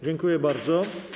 Dziękuję bardzo.